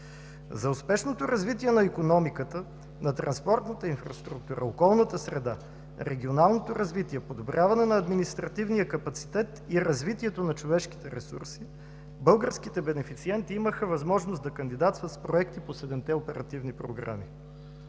За успешното развитие на икономиката, на транспортната инфраструктура, околната среда, регионалното развитие, подобряване на административния капацитет и развитието на човешките ресурси българските бенефициенти имаха възможност да кандидатстват с проекти по седемте оперативни програми.